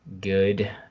good